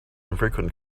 infrequent